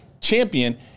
champion